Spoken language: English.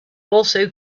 also